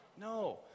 No